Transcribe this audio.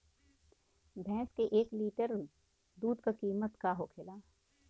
भैंस के एक लीटर दूध का कीमत का होखेला?